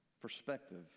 perspective